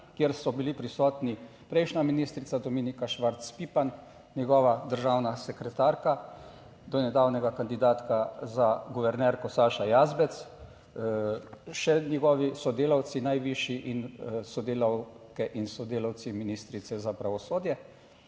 kjer so bili prisotni prejšnja ministrica Dominika Švarc Pipan, njegova državna sekretarka, do nedavnega kandidatka za guvernerko Saša Jazbec, še njegovi sodelavci, najvišji in sodelavke in sodelavci ministrice za pravosodje,